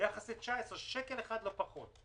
לעומת תקציב 2019, שקל אחד לא פחות.